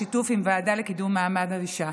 בשיתוף עם הוועדה לקידום מעמד האישה.